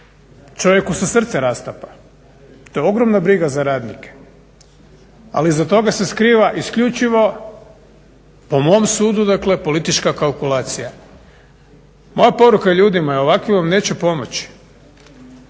čovjeku se srce rastapa. To je ogromna briga za radnike, ali iza toga se skriva isključivo po mom sudu, dakle politička kalkulacija. Moja poruka ljudima je ovakvi vam neće pomoći.